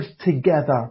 together